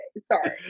sorry